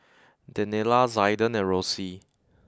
Daniella Zaiden and Rosie